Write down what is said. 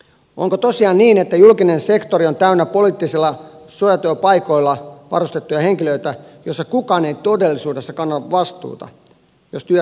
onko tosiaan niin että julkinen sektori on täynnä poliittisilla suojatyöpaikoilla varustettuja henkilöitä joista kukaan ei todellisuudessa kanna vastuuta jos työtä ei osata tehdä